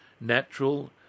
natural